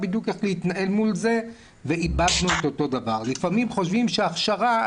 בדיוק איך להתנהל מול זה ואיבדנו --- לפעמים חושבים שהכשרה,